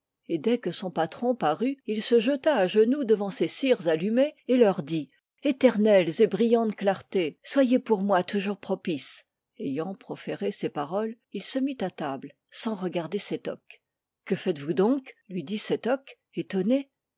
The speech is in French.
et dès que son patron parut il se jeta à genoux devant ces cires allumées et leur dit éternelles et brillantes clartés soyez-moi toujours propices ayant proféré ces paroles il se mit à table sans regarder sétoc que faites-vous donc lui dit sétoc étonné